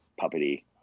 puppety